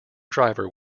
driver